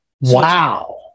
Wow